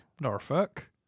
Norfolk